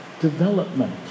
development